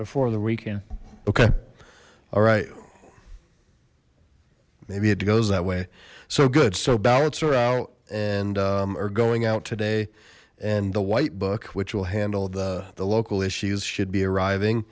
before the weekend okay all right maybe it goes that way so good so ballots are out and are going out today and the white book which will handle the local issues should be arriving